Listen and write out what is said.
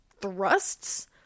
thrusts